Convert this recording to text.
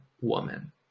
woman